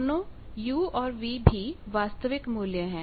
दोनों u और v भी वास्तविक मूल्य हैं